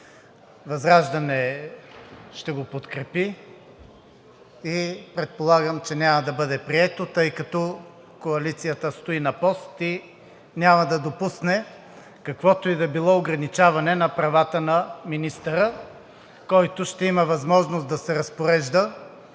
ВЪЗРАЖДАНЕ ще го подкрепи. Предполагам, че няма да бъде прието, тъй като коалицията стои на пост и няма да допусне каквото и да било ограничаване на правата на министъра, който ще има възможност да се разпорежда